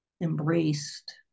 embraced